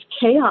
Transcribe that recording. chaos